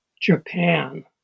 Japan